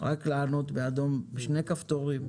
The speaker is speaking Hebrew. רק לענות בשני כפתורים.